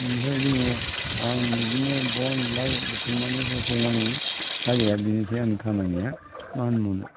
बिनिफ्राय जोङो आं बिदिनो बन लाइ बुथुमनानै होफैनांगौ फारिया बेनोसै आंनि खामानिया मा होनबावनो